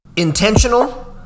Intentional